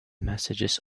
messages